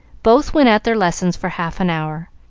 both went at their lessons for half an hour,